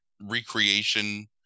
recreation